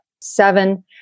seven